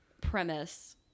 premise